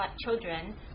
children